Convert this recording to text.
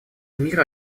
мир